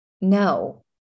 No